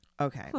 Okay